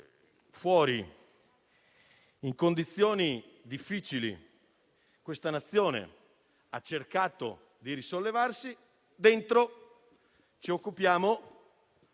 fuori, in condizioni difficili, questa nazione ha cercato di risollevarsi, dentro ci occupiamo